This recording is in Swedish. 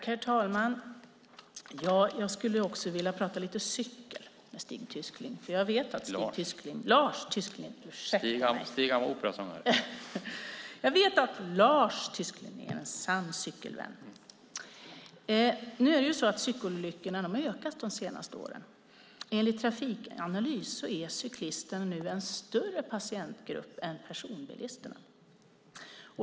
Herr talman! Jag skulle också vilja prata lite cykel med Lars Tysklind. Jag vet att Lars Tysklind är en sann cykelvän. Cykelolyckorna har ökat de senaste åren. Enligt Trafikanalys är cyklisterna nu en större patientgrupp än personbilisterna.